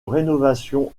rénovation